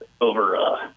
over